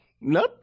Nope